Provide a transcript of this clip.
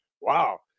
wow